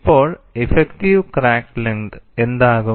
ഇപ്പോൾ effective crack length എന്താകും